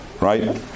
right